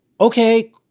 okay